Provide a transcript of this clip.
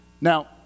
Now